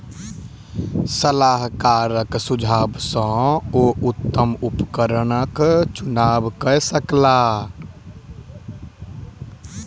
सलाहकारक सुझाव सॅ ओ उत्तम उपकरणक चुनाव कय सकला